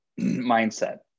mindset